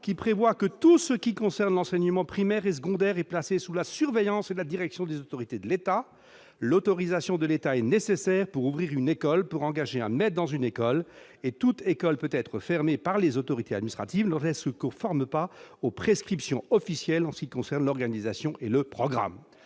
qui dispose :« Tout ce qui concerne l'enseignement primaire et secondaire est placé sous la surveillance et la direction des autorités de l'État. [...] L'autorisation de l'État est nécessaire :[...] pour ouvrir une école ; pour engager un maître dans une école. Toute école peut être fermée par les autorités administratives lorsqu'elle ne se conforme pas aux prescriptions officielles en ce qui concerne l'organisation et le programme.